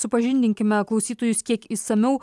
supažindinkime klausytojus kiek išsamiau